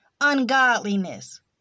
ungodliness